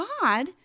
god